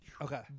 Okay